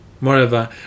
Moreover